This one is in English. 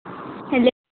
hello